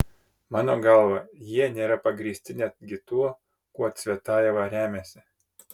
mano galva jie nėra pagrįsti netgi tuo kuo cvetajeva remiasi